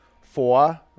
Four